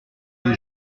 des